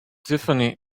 tiffany